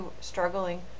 struggling